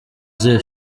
zihe